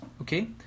okay